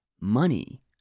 Money